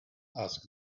asked